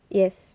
yes